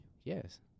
Yes